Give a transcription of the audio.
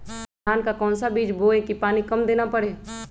धान का कौन सा बीज बोय की पानी कम देना परे?